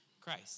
Christ